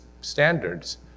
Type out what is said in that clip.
standards